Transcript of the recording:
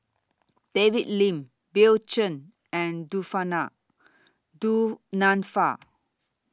David Lim Bill Chen and Du Nanfa